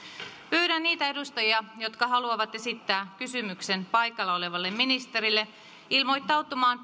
pyydän niitä edustajia jotka haluavat esittää kysymyksen ministerille ilmoittautumaan